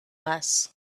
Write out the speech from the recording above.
less